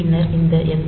பின்னர் இந்த எஸ்